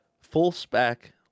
full-spec